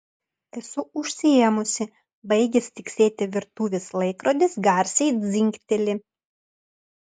esu užsiėmusi baigęs tiksėti virtuvės laikrodis garsiai dzingteli